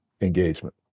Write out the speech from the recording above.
engagement